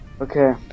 Okay